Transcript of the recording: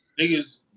niggas